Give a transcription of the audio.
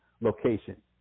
location